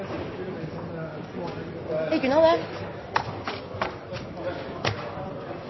sa på